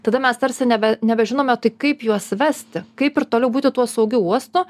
tada mes tarsi nebe nebežinome tai kaip juos vesti kaip ir toliau būti tuo saugiu uostu